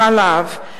חלב,